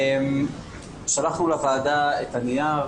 שלחנו לוועדה את הנייר.